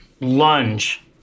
lunge